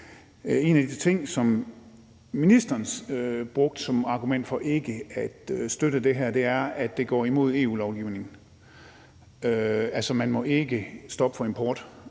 En af de ting, som ministeren brugte som argument for ikke at støtte det her, er, at det går imod EU-lovgivning. Altså, man må ikke stoppe import